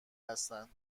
هستن